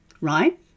right